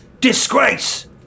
DISGRACE